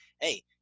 hey